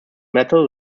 metal